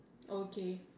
okay